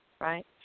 right